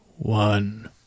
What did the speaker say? One